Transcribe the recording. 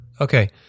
Okay